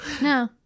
no